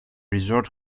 resort